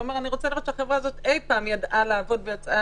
אתה אומר: אני רוצה לראות שהחברה הזאת אי-פעם ידעה לעבוד וידעה